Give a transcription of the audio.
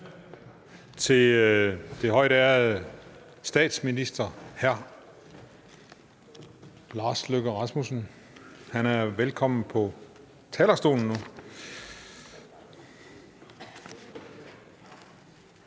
til den højtærede statsminister, hr. Lars Løkke Rasmussen. Han er velkommen på talerstolen nu.